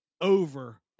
over